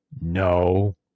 No